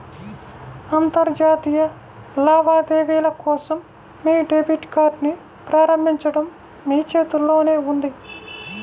అంతర్జాతీయ లావాదేవీల కోసం మీ డెబిట్ కార్డ్ని ప్రారంభించడం మీ చేతుల్లోనే ఉంది